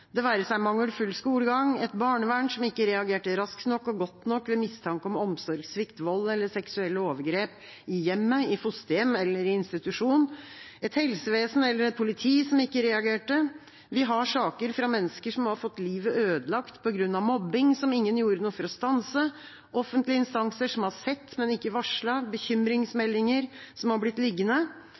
det offentlige – det være seg mangelfull skolegang, et barnevern som ikke reagerte raskt nok og godt nok ved mistanke om omsorgssvikt, vold eller seksuelle overgrep i hjemmet, i fosterhjem eller i institusjon, et helsevesen eller et politi som ikke reagerte. Vi har saker fra mennesker som har fått livet ødelagt på grunn av mobbing som ingen gjorde noe for å stanse, offentlige instanser som har sett, men ikke varslet, bekymringsmeldinger som har blitt liggende.